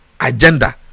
agenda